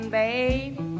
babe